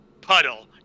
Puddle